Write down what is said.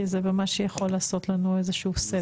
כי זה גם מה שיכול לעשות לנו איזשהו סדר.